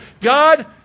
God